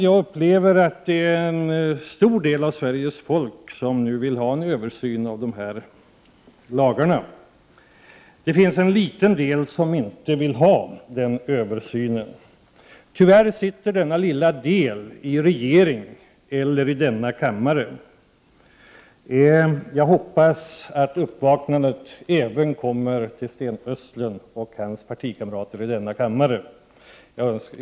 Jag upplever att en stor del av Sveriges folk nu vill ha en översyn av de här lagarna. Det finns en liten del som inte vill ha den översynen. Tyvärr sitter denna lilla del i regeringen eller i riksdagen. Jag hoppas att uppvaknandet även kommer till Sten Östlund och hans partikamrater i denna kammare.